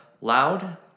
loud